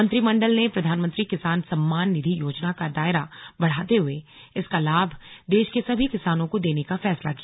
मंत्रिमंडल ने प्रधानमंत्री किसान सम्मान निधि योजना का दायरा बढ़ाते हुए इसका लाभ देश के सभी किसानों को देने का फैसला किया